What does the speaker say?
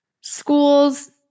Schools